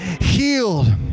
healed